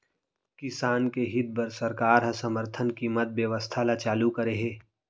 किसान के हित बर सरकार ह समरथन कीमत बेवस्था ल चालू करे हे